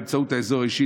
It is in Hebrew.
באמצעות האזור האישי,